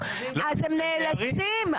אז הם נאלצים.